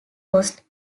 host